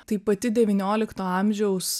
tai pati devyniolikto amžius